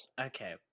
okay